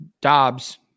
Dobbs